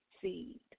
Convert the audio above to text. seed